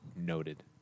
noted